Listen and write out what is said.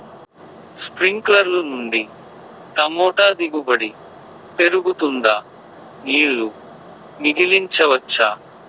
స్ప్రింక్లర్లు నుండి టమోటా దిగుబడి పెరుగుతుందా? నీళ్లు మిగిలించవచ్చా?